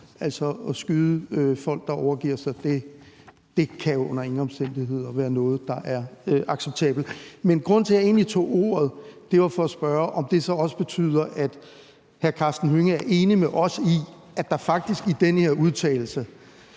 Altså, at skyde folk, der overgiver sig, kan under ingen omstændigheder være noget, der er acceptabelt. Men grunden til, at jeg egentlig tog ordet, var for at spørge, om det så også betyder, at hr. Karsten Hønge er enig med os i, at der faktisk i den her udtalelse,